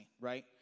right